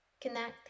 connect